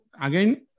again